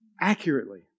Accurately